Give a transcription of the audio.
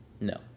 No